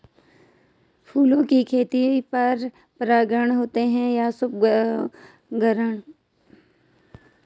फूलों की खेती में पर परागण होता है कि स्वपरागण?